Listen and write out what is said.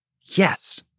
yes